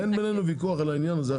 אין בינינו ויכוח על העניין הזה,